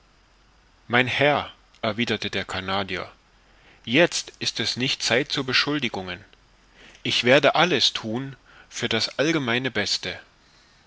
mein herr erwiderte der canadier jetzt ist es nicht zeit zu beschuldigungen ich werde alles thun für das allgemeine beste